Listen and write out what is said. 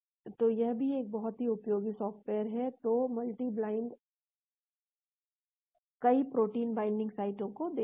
तो यह भी एक बहुत ही उपयोगी सॉफ्टवेयर है तो यह मल्टी बाइंड कई प्रोटीन बाइंडिंग साइटों को देखता है